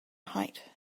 height